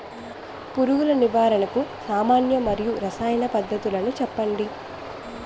పురుగుల నివారణకు సామాన్య మరియు రసాయన పద్దతులను చెప్పండి?